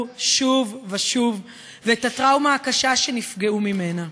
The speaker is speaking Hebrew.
שוב ושוב ואת הטראומה הקשה שנפגעו ממנה.